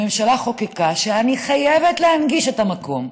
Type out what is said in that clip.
הממשלה חוקקה שאני חייבת להנגיש את המקום,